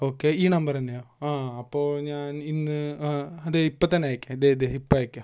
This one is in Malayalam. ഓക്കെ ഈ നമ്പറ് തന്നെയാണോ ആ അപ്പോൾ ഞാൻ ഇന്ന് ദേ ഇപ്പോൾ തന്നെ അയക്കാം ദേ ദേ ഇപ്പോൾ അയയ്ക്കാം